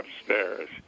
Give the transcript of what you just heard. upstairs